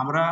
আমরা